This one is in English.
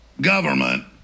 government